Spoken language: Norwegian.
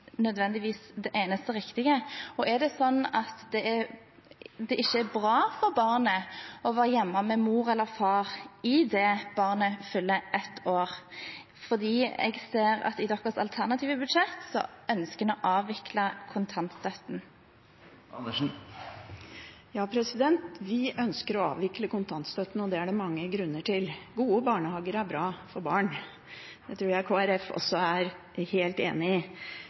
det sånn at det ikke er bra for barnet å være hjemme med mor eller far idet barnet fyller 1 år? Jeg ser i SVs alternative budsjett at man ønsker å avvikle kontantstøtten. Ja, vi ønsker å avvikle kontantstøtten, og det er det mange grunner til. Gode barnehager er bra for barn. Det tror jeg Kristelig Folkeparti også er helt enig i.